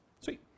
Sweet